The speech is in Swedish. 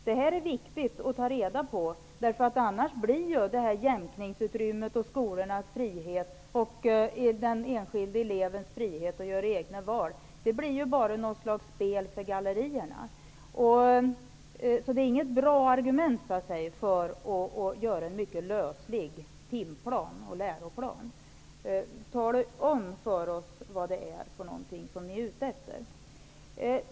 Det är viktigt att ta reda på detta. Annars kan talet om jämkningsutrymmet och skolornas och den enskilde elevens frihet att göra egna val bli ett spel för gallerierna. Det är i så fall inget bra argument för att ha en mycket lös tim och läroplan. Tala om vad ni är ute efter!